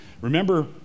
Remember